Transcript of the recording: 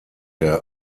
der